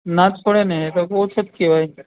ના જ પડે ને એ તો ઓછો જ કહેવાય